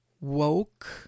woke